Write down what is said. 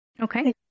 Okay